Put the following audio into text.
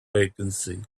vacancy